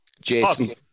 Jason